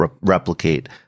replicate